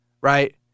right